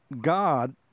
God